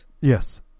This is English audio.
Yes